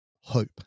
hope